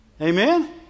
Amen